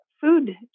food